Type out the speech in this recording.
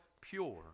pure